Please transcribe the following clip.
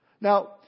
Now